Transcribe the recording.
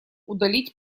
удалить